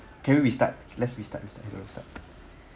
can we restart let's restart restart restart